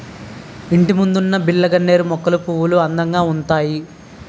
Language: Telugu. ఇంటిముందున్న బిల్లగన్నేరు మొక్కల పువ్వులు అందంగా ఉంతాయి